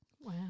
Wow